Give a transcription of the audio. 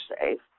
safe